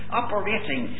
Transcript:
operating